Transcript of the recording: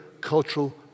cultural